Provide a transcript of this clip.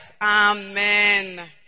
Amen